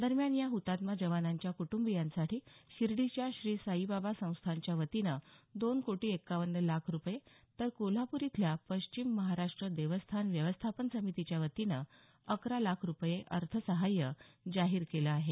दरम्यान या हुतात्मा जवानांच्या कुटुंबीयांसाठी शिर्डीच्या श्री साईबाबा संस्थानच्या वतीने दोन कोटी एक्कावन्न लाख रुपये तर कोल्हापूर इथल्या पश्चिम महाराष्ट देवस्थान व्यवस्थापन समितीच्या वतीने अकरा लाख रुपये अर्थसाह्य जाहीर केलं आहे